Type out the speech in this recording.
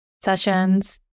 sessions